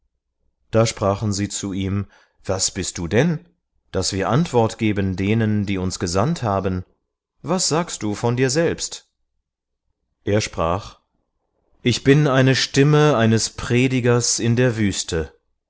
da sprachen sie zu ihm was bist du denn daß wir antwort geben denen die uns gesandt haben was sagst du von dir selbst er sprach ich bin eine stimme eines predigers in der wüste